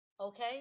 Okay